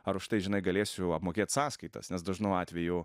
ar žinai galėsiu apmokėt sąskaitas nes dažnu atveju